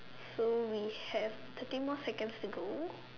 so we have thirty more seconds to go